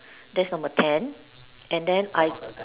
that's number ten and then I